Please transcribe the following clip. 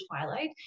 Twilight